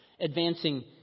Advancing